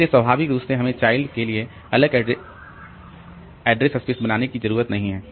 इसलिए स्वाभाविक रूप से हमें चाइल्ड के लिए अलग एड्रेस स्पेस बनाने की जरूरत नहीं है